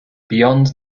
beyond